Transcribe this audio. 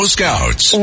Scouts